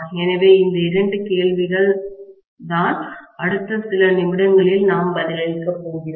எனவே இந்த இரண்டு கேள்விகள் தான் அடுத்த சில நிமிடங்களில் நாம் பதிலளிக்கப் போகிறோம்